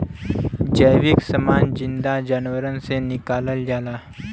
जैविक समान जिन्दा जानवरन से निकालल जाला